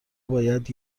باید